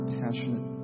passionate